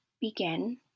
begin